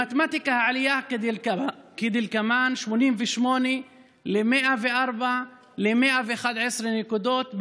במתמטיקה העלייה כדלקמן: מ-88 ל-104 ל-111 נקודות,